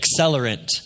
accelerant